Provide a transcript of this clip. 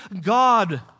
God